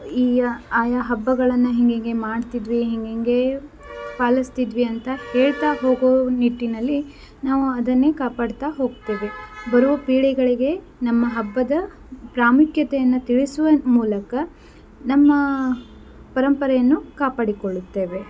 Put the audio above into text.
ಈ ಆಯಾ ಹಬ್ಬಗಳನ್ನು ಹೀಗೀಗೆ ಮಾಡ್ತಿದ್ವಿ ಹೀಗೀಗೇ ಪಾಲಿಸ್ತಿದ್ವಿ ಅಂತ ಹೇಳ್ತಾ ಹೋಗೋ ನಿಟ್ಟಿನಲ್ಲಿ ನಾವು ಅದನ್ನೇ ಕಾಪಾಡ್ತಾ ಹೋಗ್ತೇವೆ ಬರೋ ಪೀಳಿಗೆಗಳಿಗೆ ನಮ್ಮ ಹಬ್ಬದ ಪ್ರಾಮುಖ್ಯತೆಯನ್ನು ತಿಳಿಸುವ ಮೂಲಕ ನಮ್ಮ ಪರಂಪರೆಯನ್ನು ಕಾಪಾಡಿಕೊಳ್ಳುತ್ತೇವೆ